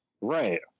Right